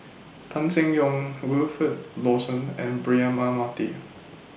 Tan Seng Yong Wilfed Lawson and Braema Mathi